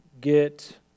get